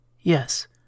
Yes